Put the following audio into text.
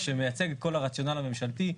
שמייצג את כל הרציונל הממשלתי.